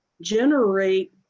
generate